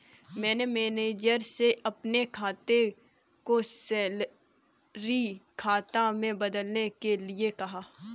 मैंने मैनेजर से अपने खाता को सैलरी खाता में बदलने के लिए कहा